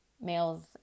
males